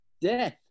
Death